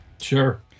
sure